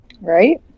Right